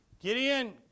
Gideon